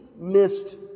missed